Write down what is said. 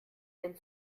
den